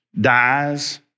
dies